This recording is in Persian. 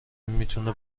میتونه